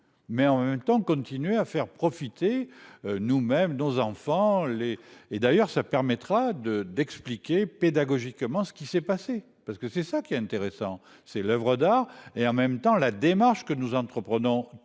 Mais en même temps continuer à faire profiter. Nous même nos enfants les, et d'ailleurs ça permettra de, d'expliquer pédagogiquement ce qui s'est passé parce que c'est ça qui est intéressant c'est l'oeuvre d'art et en même temps, la démarche que nous entreprenons